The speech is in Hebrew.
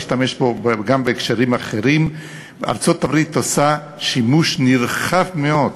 -ראש, עמיתי